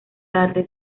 tarde